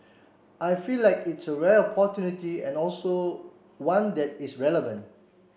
I feel like it's a rare and also one that is relevant